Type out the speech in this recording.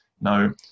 no